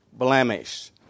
blemish